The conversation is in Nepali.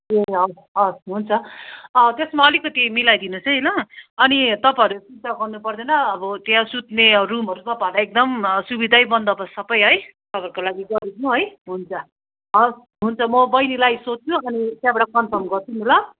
ए हस् हस् हुन्छ त्यसमा अलिकति मिलाइदिनुहोस् है ल अनि तपाईँहरू चिन्ता गर्नु पर्दैन अब त्यहाँ सुत्ने रुमहरू तपाईँहरूलाई एकदम सुविधै बन्दोबस्त सबै है तपाईँहरूको लागि गरिदिन्छु है हुन्छ हस् हुन्छ म बहिनीलाई सोध्छु अनि त्यहाँबाट कन्फर्म गर्छु नि ल